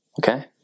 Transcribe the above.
Okay